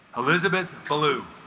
elizabeth balu